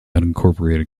unincorporated